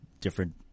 different